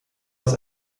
aus